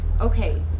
Okay